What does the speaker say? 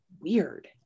weird